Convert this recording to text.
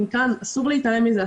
אסור להתעלם מזה,